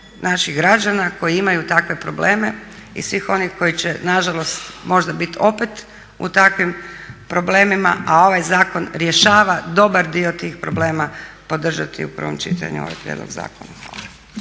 naših građana koji imaju takve probleme i svih onih koji će nažalost možda biti opet u takvim problemima a ovaj zakon rješava dobar dio tih problema podržati u prvom čitanju ovaj prijedlog zakona.